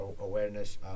awareness